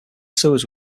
sewers